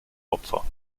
opfer